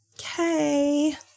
Okay